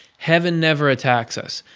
heaven never attacks us.